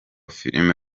filime